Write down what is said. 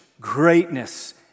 greatness